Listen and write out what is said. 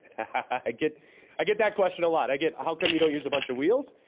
i get i get that question a lot, i get how come you don't use a bunch of wheels,